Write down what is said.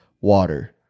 water